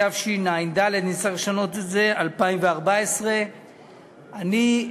התשע"ד 2014. אני,